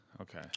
Okay